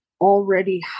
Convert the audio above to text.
already